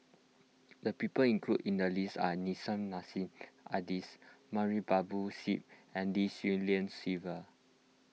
the people included in the list are Nissim Nassim Adis Babu Sahib and Lim Swee Lian Sylvia